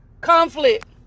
conflict